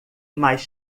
mais